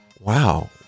wow